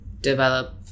Develop